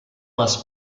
les